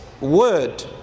word